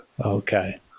Okay